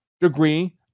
degree